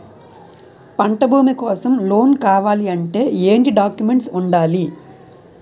పంట భూమి కోసం లోన్ కావాలి అంటే ఏంటి డాక్యుమెంట్స్ ఉండాలి?